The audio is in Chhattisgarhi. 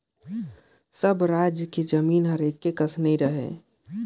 सब राएज कर जमीन हर एके कस नी रहें